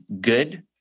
good